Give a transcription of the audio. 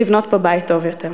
לבנות פה בית טוב יותר.